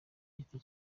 giti